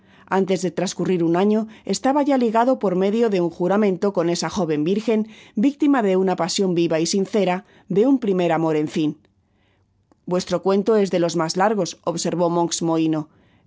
aritos de transcurrir un año oslaba ya ligado por medio de un content from google book search generated at juramento con esta joven virgen victima de una pasion viva y sincera de un primer amor en fin v r vuestro cuento es de los mas largos observó monks moliino